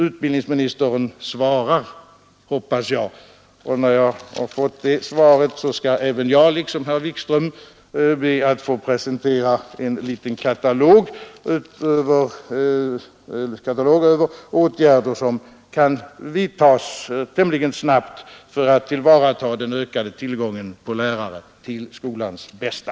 Utbildningsministern svarar, hoppas jag. När jag har fått det svaret skall jag liksom herr Wikström be att få presentera en liten katalog över åtgärder som kan vidtas tämligen snabbt för att tillvarata den ökade tillgången på lärare till skolans bästa.